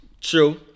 True